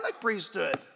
priesthood